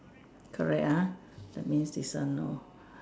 correct ah that means this one no